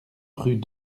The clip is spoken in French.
rue